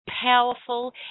powerful